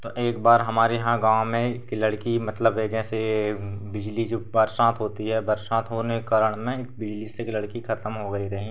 तो एक बार हमारे यहाँ गाँव में एक लड़की मतलब एक ऐसे बिजली जो बरसात होती है बरसात होने कारण में बिजली से एक लड़की खतम हो गई रहीं